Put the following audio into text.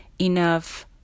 enough